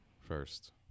first